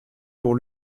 pour